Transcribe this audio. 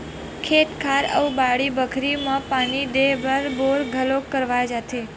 खेत खार अउ बाड़ी बखरी म पानी देय बर बोर घलोक करवाए जाथे